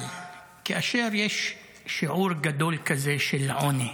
אבל כאשר יש שיעור גדול כזה של עוני,